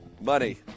money